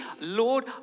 Lord